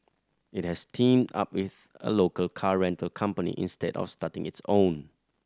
it has teamed up with a local car rental company instead of starting its own